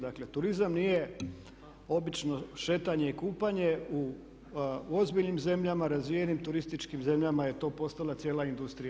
Dakle turizam nije obično šetanje i kupanje u ozbiljnim zemljama, razvijenim turističkim zemljama je to postala cijela industrija.